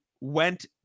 went